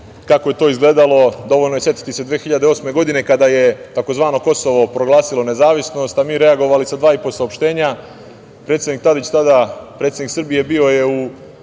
kako je to izgledalo, dovoljno je setiti se 2008. godine kada je tzv. Kosovo proglasilo nezavisnost, a mi reagovali sa dva i po saopštenja.